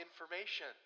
information